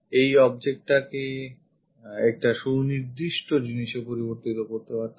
এই object কে একটি সুনির্দিষ্ট জিনিসে পরিবর্তিত করতে পারতাম